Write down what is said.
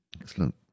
Excellent